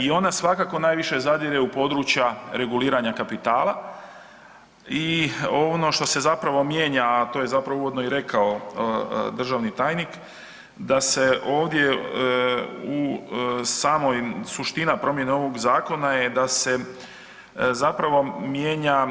I ona svakako najviše zadire u područja reguliranja kapitala i ono što se mijenja, a to je zapravo uvodno i rekao državni tajnik da se ovdje u samoj, suština promjene ovog zakona je da se zapravo mijenja